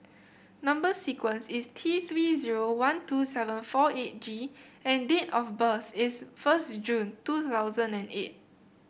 number sequence is T Three zero one two seven four eight G and date of birth is first June two thousand and eight